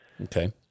Okay